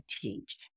teach